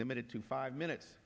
limited to five minutes